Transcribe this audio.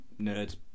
nerds